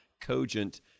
cogent